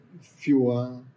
fewer